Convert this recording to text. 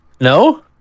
No